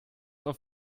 auf